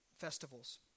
festivals